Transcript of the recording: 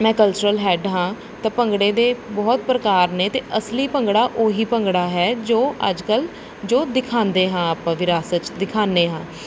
ਮੈਂ cultural head ਹਾਂ ਤਾਂ ਭੰਗੜੇ ਦੇ ਬਹੁਤ ਪ੍ਰਕਾਰ ਨੇ ਅਤੇ ਅਸਲੀ ਭੰਗੜਾ ਉਹੀ ਭੰਗੜਾ ਹੈ ਜੋ ਅੱਜ ਕੱਲ ਜੋ ਦਿਖਾਉਂਦੇ ਹਾਂ ਆਪਾਂ ਵਿਰਾਸਤ 'ਚ ਦਿਖਾਉਂਦੇ ਹਾਂ